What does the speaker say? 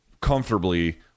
comfortably